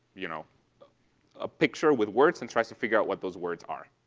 you know a picture with words, and tries to figure out what those words are.